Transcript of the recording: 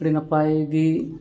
ᱟᱹᱰᱤ ᱱᱟᱯᱟᱭ ᱜᱮ